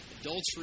adultery